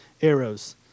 arrows